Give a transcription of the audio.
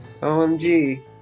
OMG